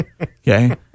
Okay